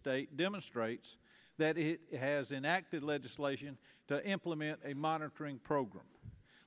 state demonstrates that it has enacted legislation to implement a monitoring program